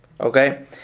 Okay